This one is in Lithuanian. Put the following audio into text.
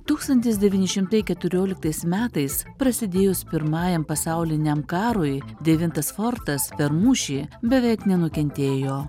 tūkstantis devyni šimtai keturioliktais metais prasidėjus pirmajam pasauliniam karui devintas fortas per mūšį beveik nenukentėjo